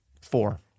Four